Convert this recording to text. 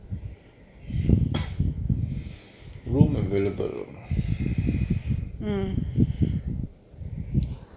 room available